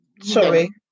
Sorry